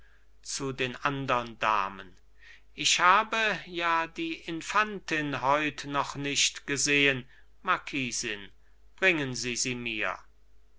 zu den andern damen ich habe ja die infantin heut noch nicht gesehen marquisin bringen sie sie mir